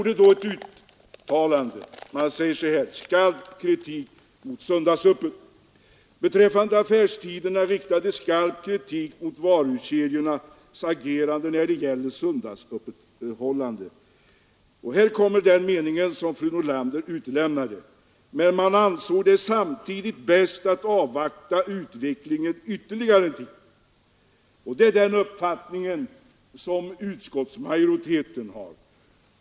Det heter, under rubriken Skarp kritik mot söndagsöppet: ”Beträffande affärstiderna riktades skarp kritik mot varuhuskedjornas agerande när det gäller söndagsöppethållandet.” — Sedan kommer den mening som fru Nordlander utelämnade. — ”Men man ansåg det samtidigt bäst att avvakta utvecklingen ytterligare en tid.” — Det är den uppfattningen som utskottsmajoriteten har.